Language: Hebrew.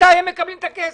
מתי הם מקבלים את הכסף?